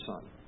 son